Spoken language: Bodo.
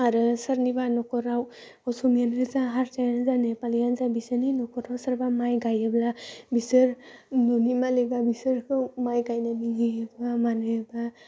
आरो सोरनिबा नख'राव असमियायानो जा हारसायानो जा नेपालियानो जा इसोरनि नख'राव सोरबा माय गायोब्ला बिसोर न'नि मालिकआ बिसोरखौ मा माने बा